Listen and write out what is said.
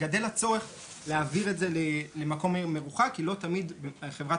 גדל הצורך להעביר את זה למקום מרוחק כי לא תמיד חברת